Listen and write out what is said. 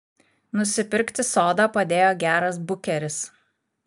nusipirkti sodą padėjo geras bukeris